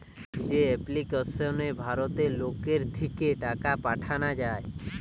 যে এপ্লিকেশনে ভারতের লোকের থিকে টাকা পাঠানা যায়